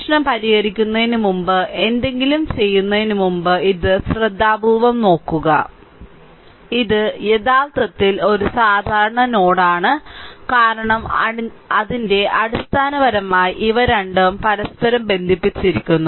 പ്രശ്നം പരിഹരിക്കുന്നതിന് മുമ്പ് എന്തെങ്കിലും ചെയ്യുന്നതിന് മുമ്പ് ഇത് ശ്രദ്ധാപൂർവ്വം നോക്കുക ഇത് യഥാർത്ഥത്തിൽ ഒരു സാധാരണ നോഡാണ് കാരണം അതിന്റെ അടിസ്ഥാനപരമായി ഇവ രണ്ടും പരസ്പരം ബന്ധിപ്പിച്ചിരിക്കുന്നു